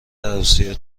عروسی